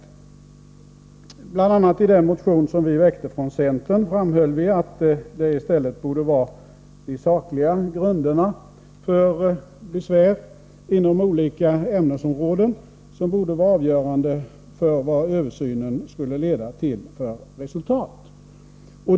I bl.a. den motion som vi från centern väckte framhölls att i stället de sakliga grunderna för besvär inom olika ämnesområden borde vara avgörande för de resultat som översynen skulle leda till.